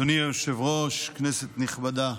אדוני היושב-ראש, כנסת נכבדה,